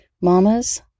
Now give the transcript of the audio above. Mamas